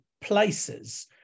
places